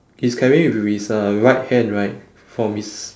he is carrying it with his uh right hand right from his